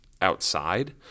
outside